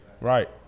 Right